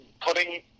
putting